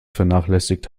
vernachlässigt